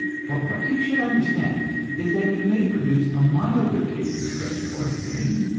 but what you should understand is that you may produce a milder case of such poisoning,